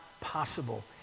possible